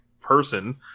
person